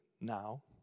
now